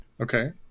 Okay